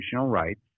rights